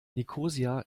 nikosia